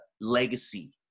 legacy